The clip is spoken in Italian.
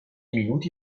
minuti